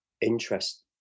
interest